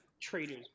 Traders